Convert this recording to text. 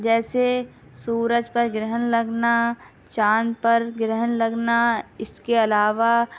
جیسے سورج پر گرہن لگنا چاند پر گرہن لگنا اس کے علاوہ